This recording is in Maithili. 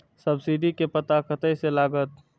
सब्सीडी के पता कतय से लागत?